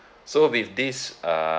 so with this um